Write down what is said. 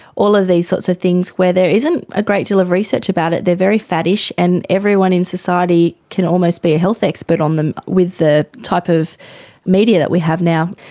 all of these sorts of things where there isn't a great deal of research about it. they're very faddish and everyone in society can almost be a health expert on them with the type of media that we have now.